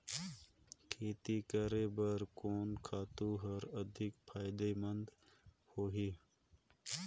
खेती करे बर कोन खातु हर अधिक फायदामंद होही?